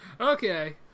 Okay